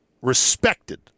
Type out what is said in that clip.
respected